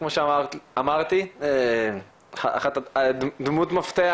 כמו שאמרתי, דמות מפתח